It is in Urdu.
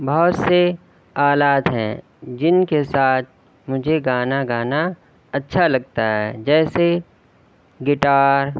بہت سے آلات ہیں جن کے ساتھ مجھے گانا گانا اچھا لگتا ہے جیسے گٹار